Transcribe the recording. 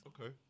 Okay